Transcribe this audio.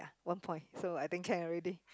one point so I think can already